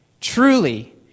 truly